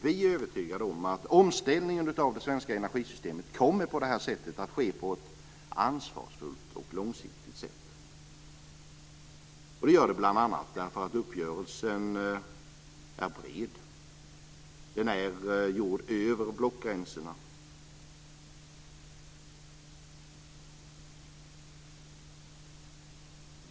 Vi är övertygade om att omställningen av det svenska energisystemet på det här sättet kommer att ske på ett ansvarsfullt och långsiktigt sätt, bl.a. därför att uppgörelsen är bred. Den är gjord över blockgränserna.